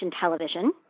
Television